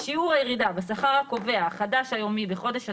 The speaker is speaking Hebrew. שיעור הירידה בשכר הקובע החדש היומי בחודש התשלום,